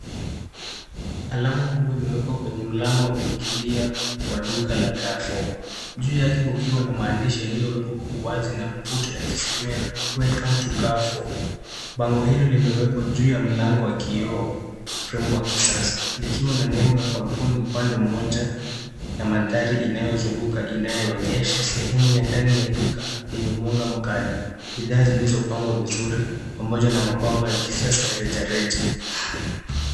Alama kubwa imewekwa kwenye mlango wa kuingilia kwa duka la Carrefour juu yake kukiwa na maandishi yaliyowekwa uwazi na mvuto yakisomea welcome to Carrefour. Bango hilo limewekwa juu ya mlango wa kioo fremu wa kisasa likiwa na nembo ya kampuni upande mmoja na mandhari inayozunguka inayoonyesha sehemu ya ndani ya duka yenye mwanga mkali, bidhaa zilizopangwa vizuri pamoja na mapambo ya kisasa ya rejareja.